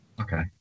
Okay